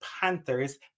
Panthers